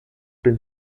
been